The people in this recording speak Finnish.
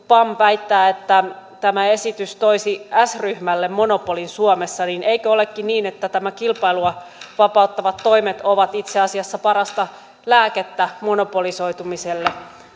pam väittää että tämä esitys toisi s ryhmälle monopolin suomessa eikö olekin niin että nämä kilpailua vapauttavat toimet ovat itse asiassa parasta lääkettä monopolisoitumiselle